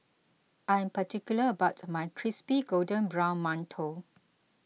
I am particular about my Crispy Golden Brown Mantou